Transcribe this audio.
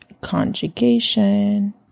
conjugation